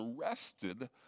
arrested